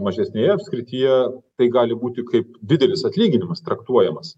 mažesnėje apskrityje tai gali būti kaip didelis atlyginimas traktuojamas